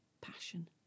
passion